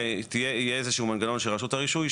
תהיה יהיה איזשהו מנגנון של רשות הרישוי,